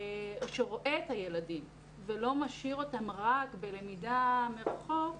שרואה את הילדים ולא משאיר אותם רק בלמידה מרחוק,